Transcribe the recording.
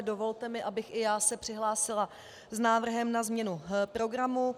Dovolte mi, abych i já se přihlásila s návrhem na změnu programu.